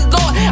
Lord